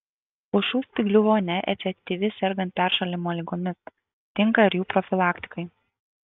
pušų spyglių vonia efektyvi sergant peršalimo ligomis tinka ir jų profilaktikai